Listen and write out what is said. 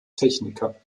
techniker